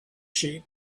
sheep